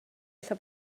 ella